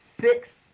six